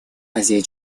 азии